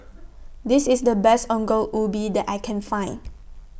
This IS The Best Ongol Ubi that I Can Find